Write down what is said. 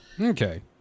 Okay